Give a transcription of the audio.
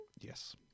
Yes